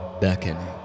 beckoning